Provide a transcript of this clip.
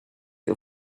you